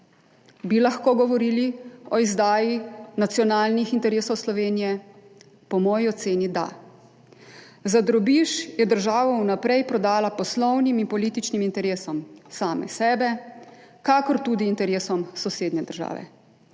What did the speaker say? Bi lahko govorili o izdaji nacionalnih interesov Slovenije? Po moji oceni da. Za drobiž je država sama sebe vnaprej prodala poslovnim in političnim interesom kakor tudi interesom sosednje države.